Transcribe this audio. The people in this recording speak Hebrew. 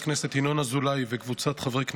הכנסת ינון אזולאי וקבוצת חברי הכנסת,